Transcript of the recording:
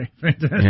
Fantastic